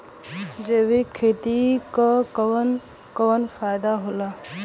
जैविक खेती क कवन कवन फायदा होला?